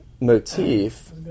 motif